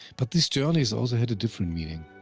but these journeys also had a different meaning.